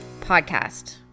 podcast